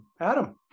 Adam